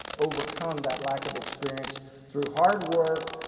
overcome that lack of experience through hard work,